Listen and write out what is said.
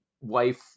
wife